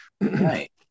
Right